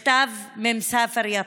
מכתב ממסאפר יטא: